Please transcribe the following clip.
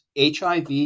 HIV